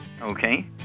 Okay